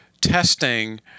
testing